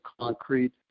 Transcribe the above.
concrete